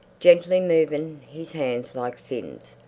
gently moving his hands like fins,